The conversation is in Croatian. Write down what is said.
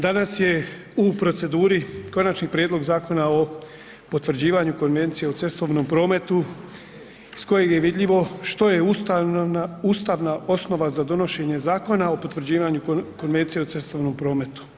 Danas je u proceduri Konačni prijedlog zakona o potvrđivanju Konvencije o cestovnom prometu iz kojeg je vidljivo što je ustavna osnova za donošenje Zakona o potvrđivanju Konvencije o cestovnom prometu.